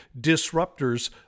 disruptors